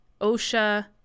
OSHA